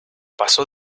pasó